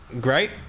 great